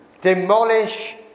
demolish